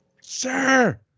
Sir